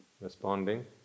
responding